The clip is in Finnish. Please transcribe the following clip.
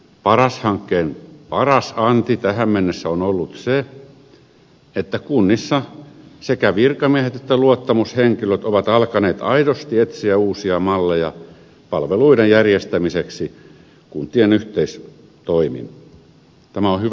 paras hankkeen paras anti tähän mennessä on ollut se että kunnissa sekä virkamiehet että luottamushenkilöt ovat alkaneet aidosti etsiä uusia malleja palveluiden järjestämiseksi kuntien yhteistoimin ja tämä on hyvä asia